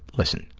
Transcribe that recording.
listen,